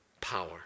power